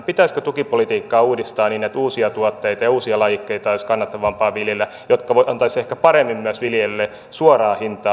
pitäisikö tukipolitiikkaa uudistaa niin että olisi kannattavampaa viljellä uusia tuotteita ja uusia lajikkeita jotka ehkä antaisivat paremmin myös viljelijöille suoraa hintaa